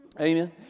Amen